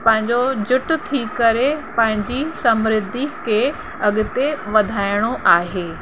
पंहिंजो जुट थी करे पंहिंजी समृधी के अॻिते वधाइणो आहे